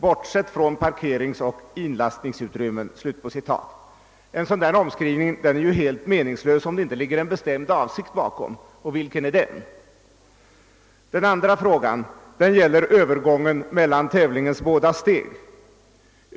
»bortsett från parkeringsoch inlastningsutrymmen». En sådan omskrivning är helt meningslös, om det inte finns en bestämd avsikt bakom den. Vilken är denna avsikt? Den andra frågan gäller övergången mellan tävlingens båda steg.